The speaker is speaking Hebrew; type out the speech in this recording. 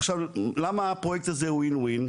עכשיו למה הפרויקט הזה הוא WIN WIN?